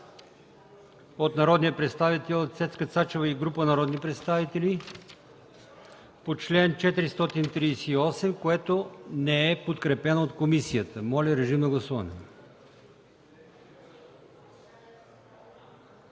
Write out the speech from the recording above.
от народния представител Цецка Цачева и група народни представители по чл. 438, което не е подкрепено от комисията. Моля, режим на гласуване.